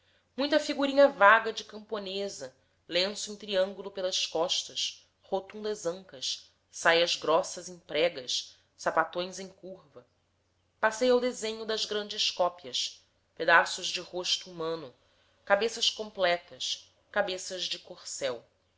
muita figurinha vaga de camponesa lenço em triângulo pelas costas rotundas ancas saias grossas em pregas sapatões em curva passei ao desenho das grandes copias pedaços de rosto humano cabeças completas cabeças de corcel